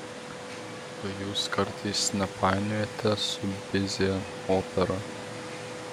o jūs kartais nepainiojate su bizė opera